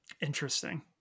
Interesting